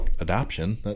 adoption